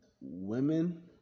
Women